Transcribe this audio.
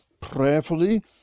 prayerfully